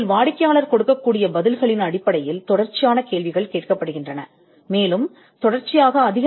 வாடிக்கையாளர் அளித்த பதிலின் அடிப்படையில் தொடர்ச்சியான கேள்விகள் கேட்கப்படும் ஆன்லைன் கேள்வித்தாள் மூலமாகவும் உங்கள் தகவல்களைப் பெறலாம்